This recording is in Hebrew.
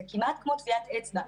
זה כמעט כמו טביעת אצבע.